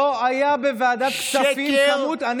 לא הייתה בוועדת כספים כמות, שקר.